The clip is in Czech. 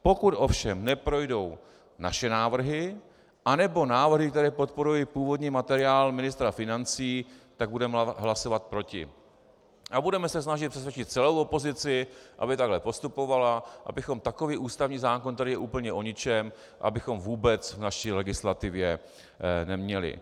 Pokud ovšem neprojdou naše návrhy, nebo návrhy, které podporují původní materiál ministra financí, tak budeme hlasovat proti a budeme se snažit přesvědčit celou opozici, aby takhle postupovala, abychom takový ústavní zákon, který je úplně o ničem, vůbec v naší legislativě neměli.